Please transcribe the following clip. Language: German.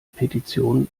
petition